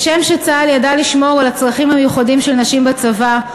כשם שצה"ל ידע לשמור על הצרכים המיוחדים של נשים בצבא,